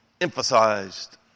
emphasized